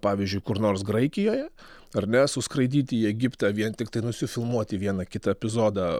pavyzdžiui kur nors graikijoje ar ne suskraidyti į egiptą vien tiktai nusifilmuoti vieną kitą epizodą